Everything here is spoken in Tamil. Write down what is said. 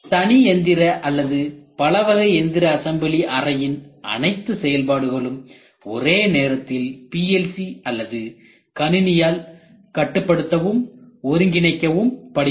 தனி எந்திர அல்லது பலவகை எந்திர அசம்பிளி அறையின் அனைத்து செயல்பாடுகளும் ஒரே நேரத்தில் PLC அல்லது கணினியால் கட்டுப்படுத்தவும் ஒருங்கிணைக்கவும் படுகிறது